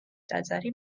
ტაძარი